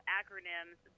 acronyms